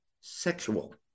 sexual